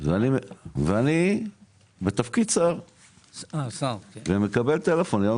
זה אני ואני בתפקיד שר ומקבל טלפון ביום